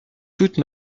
toute